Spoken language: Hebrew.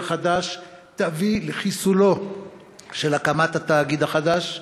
החדש תביא לחיסול של הקמת התאגיד החדש,